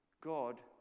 God